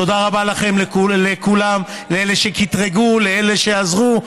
תודה רבה לכם, לכולם, לאלה שקטרגו, לאלה שעזרו.